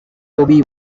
toby